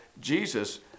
Jesus